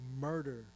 murder